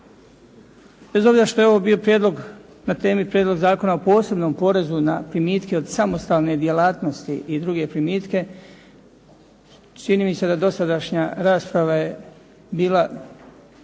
Bez obzira što je ovo bio prijedlog na temi Prijedlog zakona o posebnom porezu na primitke od samostalne djelatnosti i druge primitke, čini mi se da dosadašnja rasprava je bila